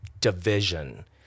division